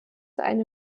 eine